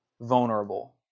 vulnerable